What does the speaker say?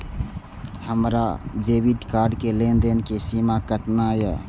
हमार debit card के लेन देन के सीमा केतना ये?